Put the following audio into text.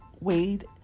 Wade